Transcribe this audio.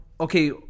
okay